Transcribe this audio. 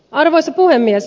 arvoisa puhemies